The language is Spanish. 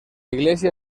iglesia